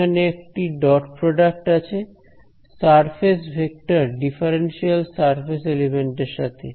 এখানে একটি dot product আছে surface vector differential surface element এর সাথে